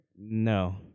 No